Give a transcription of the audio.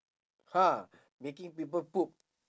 !huh! making people poop